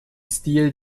stil